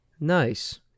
Nice